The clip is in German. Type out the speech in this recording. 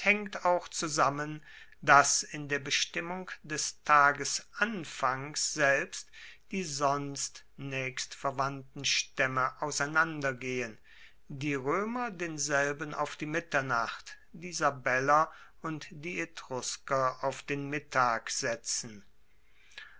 auch zusammen dass in der bestimmung des tagesanfangs selbst die sonst naechstverwandten staemme auseinandergehen die roemer denselben auf die mitternacht die sabeller und die etrusker auf den mittag setzen